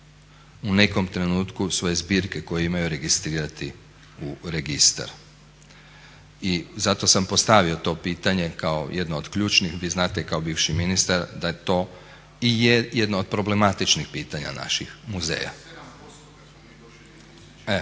u nekom trenutku svoje zbirke koje imaju registrirati u registar. I zato sam postavio to pitanje kao jedno od ključnih. Vi znate kao bivši ministar da je to i je jedno od problematičnih pitanja naših muzeja. …/Upadica Mesić, ne